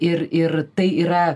ir ir tai yra